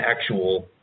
actual